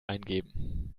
eingeben